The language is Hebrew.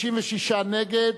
56 נגד,